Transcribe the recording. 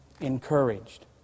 encouraged